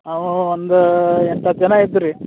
ನಾವು ಒಂದು ಎಂಟು ಹತ್ತು ಜನ ಇದ್ವಿ ರಿ